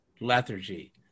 lethargy